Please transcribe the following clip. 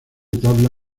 tabla